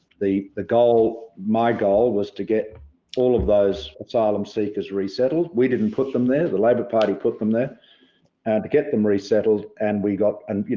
the the goal, my goal was to get all of those asylum seekers resettled. we didn't put them there, the labor party put them there and to get them resettled, and we got and, you